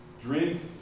Drink